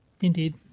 Indeed